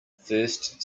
first